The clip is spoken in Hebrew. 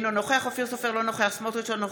אינו נוכח אופיר סופר, אינו נוכח בצלאל